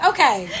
Okay